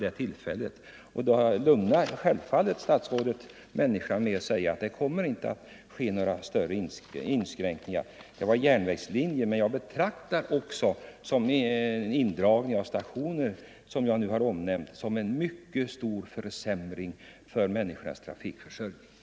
Då lugnade statsrådet självfallet människorna när han sade att det inte kommer att ske några större inskränkningar när det gäller järnvägslinjerna. Men jag betraktar även indragningar av stationer som en mycket stor försämring av trafikförsörjningen.